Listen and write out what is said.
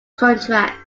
contract